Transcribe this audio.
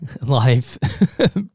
life